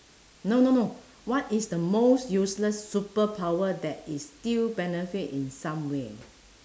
no no no what is the most useless superpower that is still benefit in some way